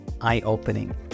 eye-opening